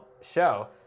show